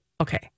Okay